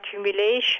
accumulation